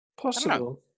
Possible